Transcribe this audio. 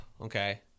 Okay